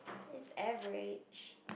it's average